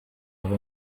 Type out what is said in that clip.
have